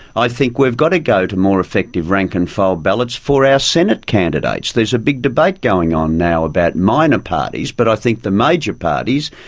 i think we have to go to more effective rank-and-file ballots for our senate candidates. there's a big debate going on now about minor parties but i think the major parties,